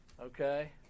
okay